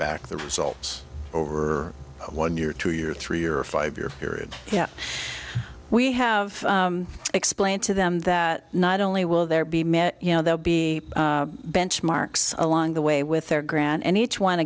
back the results over one year to year three or five year period yeah we have explained to them that not only will there be met you know they'll be benchmarks along the way with their grant and each one